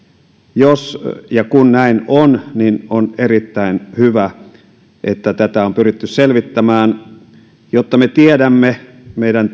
jos ja kun näin on on erittäin hyvä että tätä on pyritty selvittämään jotta me tiedämme meidän